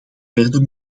verder